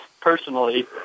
personally